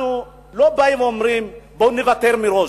אנחנו לא באים ואומרים: בואו נוותר מראש,